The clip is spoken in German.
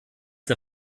der